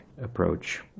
approach